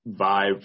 vibe